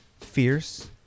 fierce